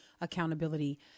accountability